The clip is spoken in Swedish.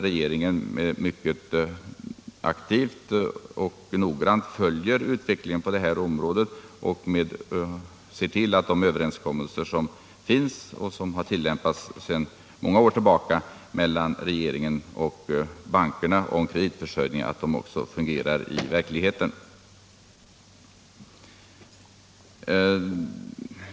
Regeringen följer mycket aktivt och noggrant utvecklingen på detta område och ser till att de överenskommelser om kreditförsörjning mellan regering och banker som har tillämpats sedan många år tillbaka också fungerar i verkligheten.